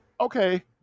okay